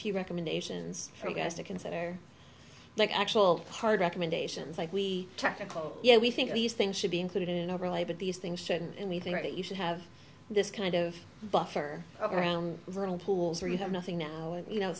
few recommendations for you guys to consider like actual hard recommendations like we tackle yeah we think these things should be included in an overlay but these things shouldn't and we think that you should have this kind of buffer around little pools where you have nothing now and you know